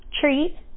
treat